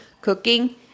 cooking